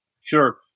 Sure